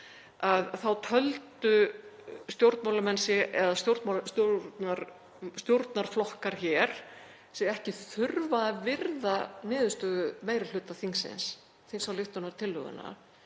þá töldu stjórnmálamenn eða stjórnarflokkar hér sig ekki þurfa að virða niðurstöðu meiri hluta þingsins, þingsályktunartillöguna,